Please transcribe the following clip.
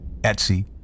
Etsy